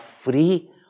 free